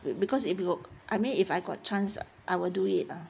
be because if you will I mean if I got chance I will do it